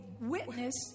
witness